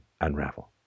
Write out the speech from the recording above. unravel